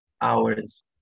hours